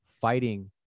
fighting